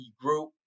group